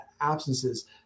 absences